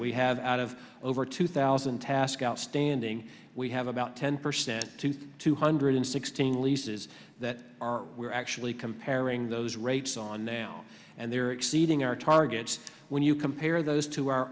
we have out of over two thousand task outstanding we have about ten percent to two hundred sixteen leases that are we're actually comparing those rates on now and they're exceeding our targets when you compare those to